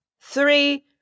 three